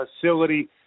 facility